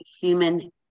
human